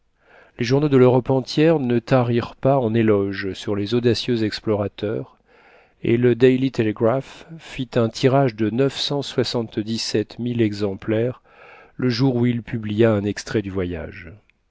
les journaux de l'europe entière ne tarirent pas en éloges sur les audacieux explorateurs et le daily telegraph fit un tirage de neuf cent soixante-dix-sept mille exemplaires le jour où il publia un extrait du voyage